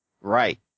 Right